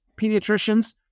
pediatricians